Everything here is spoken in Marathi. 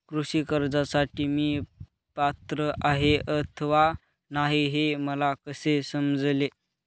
कृषी कर्जासाठी मी पात्र आहे अथवा नाही, हे मला कसे समजेल?